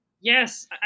Yes